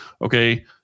okay